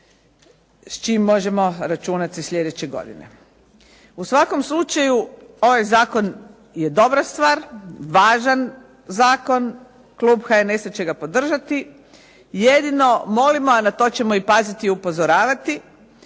s čim možemo računati sljedeće godine. U svakom slučaju ovaj zakon je dobra stvar, važan zakon, klub HNS-a će ga podržati. Jedino molimo, a na to ćemo i paziti i upozoravati,